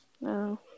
No